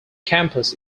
campus